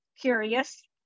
curious